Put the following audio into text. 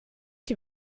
die